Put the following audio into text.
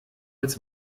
als